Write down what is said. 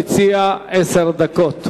ישיב בשם הממשלה שר החינוך, השר גדעון סער.